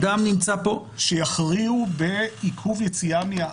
שיכריעו בעיכוב יציאה מהארץ?